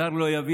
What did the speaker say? זר לא יבין,